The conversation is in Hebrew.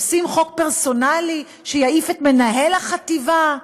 עושים חוק פרסונלי שיעיף את מנהל החטיבה,